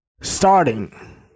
starting